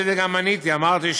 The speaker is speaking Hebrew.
הם מבקשים טלפון ציבורי,